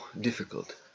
difficult